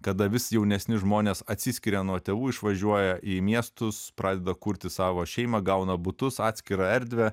kada vis jaunesni žmonės atsiskiria nuo tėvų išvažiuoja į miestus pradeda kurti savo šeimą gauna butus atskirą erdvę